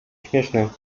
śmieszne